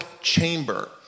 chamber